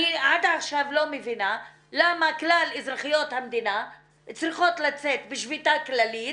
אני עד עכשיו לא מבינה כלל אזרחיות המדינה צריכות לצאת בשביתה כללית,